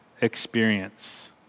experience